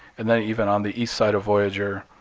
and then even on the east side of voyager,